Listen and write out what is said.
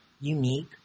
unique